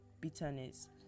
bitterness